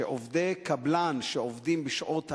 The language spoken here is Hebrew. שעובדי קבלן שעובדים בשעות הלילה,